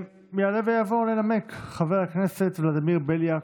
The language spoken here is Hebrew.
יעלה ויבוא לנמק חבר הכנסת ולדימיר בליאק.